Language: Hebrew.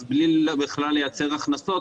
אז בלי בכלל לייצר הכנסות,